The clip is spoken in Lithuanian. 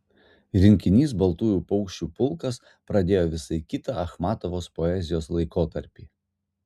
rinkinys baltųjų paukščių pulkas pradėjo visai kitą achmatovos poezijos laikotarpį